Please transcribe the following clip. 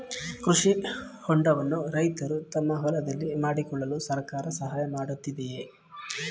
ಕೃಷಿ ಹೊಂಡವನ್ನು ರೈತರು ತಮ್ಮ ಹೊಲದಲ್ಲಿ ಮಾಡಿಕೊಳ್ಳಲು ಸರ್ಕಾರ ಸಹಾಯ ಮಾಡುತ್ತಿದೆಯೇ?